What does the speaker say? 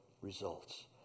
results